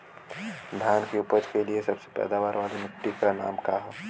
धान की उपज के लिए सबसे पैदावार वाली मिट्टी क का नाम ह?